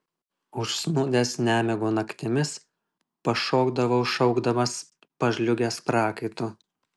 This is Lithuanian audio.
užsnūdęs nemigo naktimis pašokdavau šaukdamas pažliugęs prakaitu